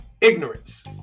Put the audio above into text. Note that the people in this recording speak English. ignorance